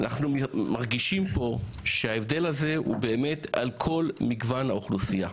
אנחנו מרגישים כאן שההבדל הזה הוא באמת בכל מגוון האוכלוסייה,